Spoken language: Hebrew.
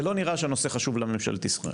זה לא נראה שהנושא חשוב לממשלת ישראל.